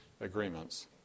agreements